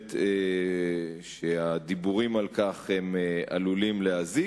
שאומרת שהדיבורים על כך עלולים להזיק,